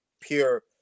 pure